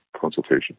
consultation